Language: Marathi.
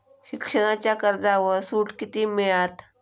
शिक्षणाच्या कर्जावर सूट किती मिळात?